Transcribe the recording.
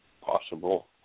possible